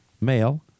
male